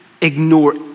ignore